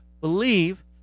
believe